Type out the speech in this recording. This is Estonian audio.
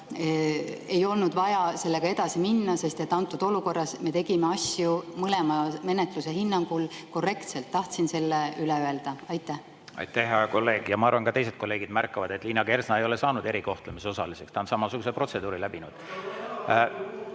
ei olnud vaja sellega edasi minna, sest et antud olukorras me tegime asju mõlema menetluse hinnangul korrektselt. Tahtsin selle üle öelda. Aitäh, hea kolleeg! Ma arvan, et ka teised kolleegid märkavad, et Liina Kersna ei ole saanud erikohtlemise osaliseks, ta on samasuguse protseduuri läbinud.